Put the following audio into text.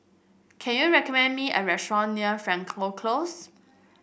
can you recommend me a restaurant near Frankel Close